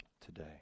today